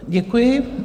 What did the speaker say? Děkuji.